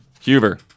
Huber